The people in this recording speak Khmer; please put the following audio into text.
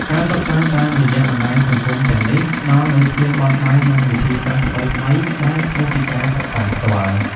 ការសិក្សាតាមរយៈបណ្ដាញសង្គមទាំងនេះផ្តល់នូវភាពបត់បែន និងវិធីសាស្ត្រថ្មីៗដែលខុសពីការសិក្សាផ្ទាល់។